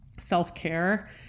self-care